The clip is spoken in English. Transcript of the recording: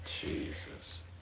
Jesus